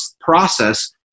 process